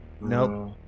Nope